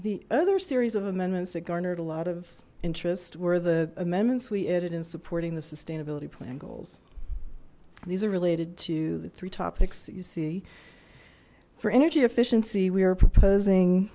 the other series of amendments that garnered a lot of interest were the amendments we added in supporting the sustainability plan goals these are related to the three topics you see for energy efficiency we are proposing